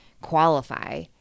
qualify